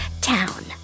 town